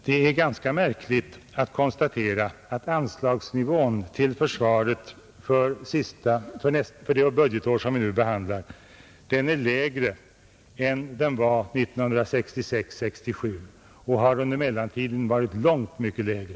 Det är ganska märkligt att konstatera att anslagsnivån för försvaret för det budgetår som vi nu behandlar är lägre än anslagsnivån 1966/67 i fast penningvärde och att den under mellantiden varit väsentligt mycket lägre.